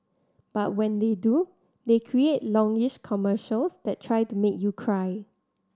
but when they do they create longish commercials that try to make you cry